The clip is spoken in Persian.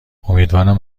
امیدوارم